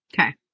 Okay